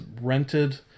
rented